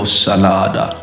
salada